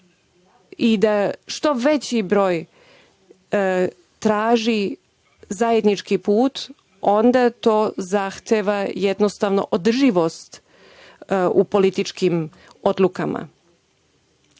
i da što veći broj traži zajednički put, onda to zahteva, jednostavno održivost u političkim odlukama